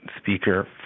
speaker